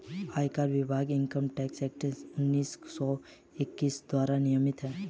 आयकर विभाग income tax act उन्नीस सौ इकसठ द्वारा नियमित है